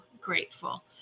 grateful